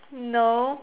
no